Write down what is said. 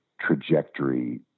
trajectory